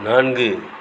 நான்கு